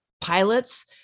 pilots